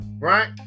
Right